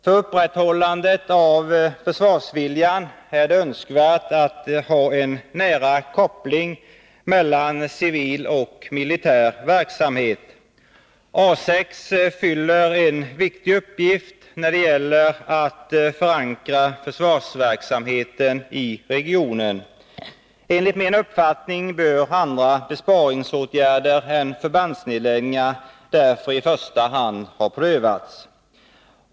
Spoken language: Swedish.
För upprätthållandet av försvarsviljan är det önskvärt att ha en nära koppling mellan civil och militär verksamhet. A 6 fyller en viktig uppgift när det gäller att förankra försvarsverksamheten i regionen. Enligt min uppfattning bör andra besparingsåtgärder än förbandsnedläggningar därför i första hand prövas.